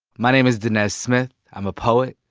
my name is danez smith. i'm a poet.